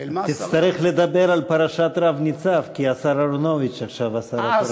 תצטרך לדבר על פרשת רב ניצב כי השר אהרונוביץ עכשיו השר התורן.